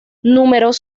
números